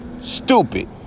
stupid